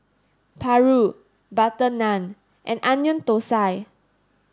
Paru butter naan and onion Thosai